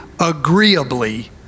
agreeably